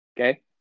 okay